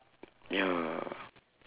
ya